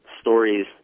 stories